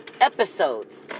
episodes